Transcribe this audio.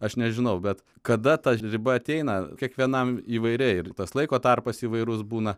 aš nežinau bet kada ta riba ateina kiekvienam įvairiai ir tas laiko tarpas įvairūs būna